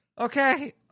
Okay